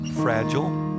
fragile